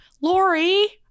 Lori